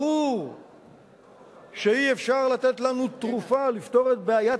ברור שאי-אפשר לתת לנו תרופה ולפתור את בעיית